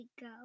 Go